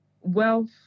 wealth